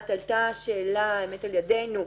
עלתה שאלה על ידינו,